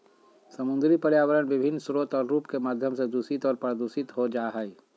समुद्री पर्यावरण विभिन्न स्रोत और रूप के माध्यम से दूषित और प्रदूषित हो जाय हइ